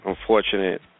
unfortunate